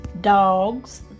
dogs